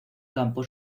campo